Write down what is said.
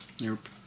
Nope